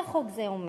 מה חוק זה אומר?